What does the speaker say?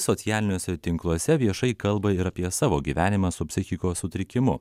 socialiniuose tinkluose viešai kalba ir apie savo gyvenimą su psichikos sutrikimu